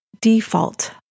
default